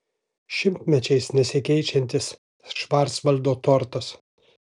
šimtmečiais nesikeičiantis švarcvaldo tortas